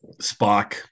Spock